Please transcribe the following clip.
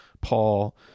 Paul